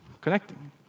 connecting